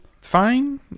fine